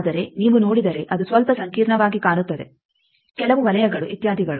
ಆದರೆ ನೀವು ನೋಡಿದರೆ ಅದು ಸ್ವಲ್ಪ ಸಂಕೀರ್ಣವಾಗಿ ಕಾಣುತ್ತದೆ ಕೆಲವು ವಲಯಗಳು ಇತ್ಯಾದಿಗಳು